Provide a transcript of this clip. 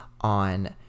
On